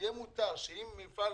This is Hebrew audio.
שתדע לפצות את מפעל